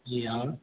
जी और